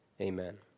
Amen